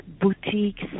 boutiques